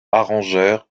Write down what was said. arrangeur